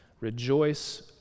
Rejoice